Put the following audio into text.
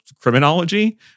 criminology